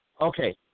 Okay